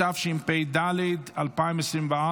התשפ"ד 2024,